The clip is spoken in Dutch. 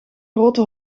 grote